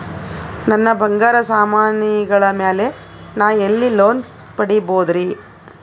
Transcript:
ನನ್ನ ಬಂಗಾರ ಸಾಮಾನಿಗಳ ಮ್ಯಾಲೆ ನಾ ಎಲ್ಲಿ ಲೋನ್ ಪಡಿಬೋದರಿ?